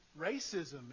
racism